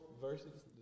versus